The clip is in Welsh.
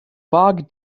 bag